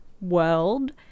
world